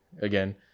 again